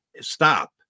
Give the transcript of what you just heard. stop